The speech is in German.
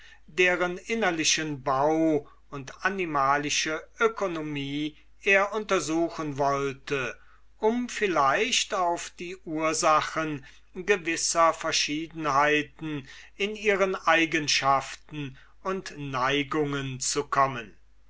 deren innerlichen bau und animalische oekonomie er untersuchen wollte um vielleicht auf die ursachen gewisser verschiedenheiten in ihren eigenschaften und neigungen zu kommen